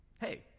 hey